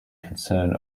concern